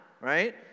right